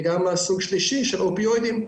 וגם מסוג שלישי של אופיואידים,